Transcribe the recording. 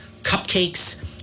cupcakes